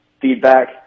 feedback